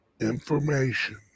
information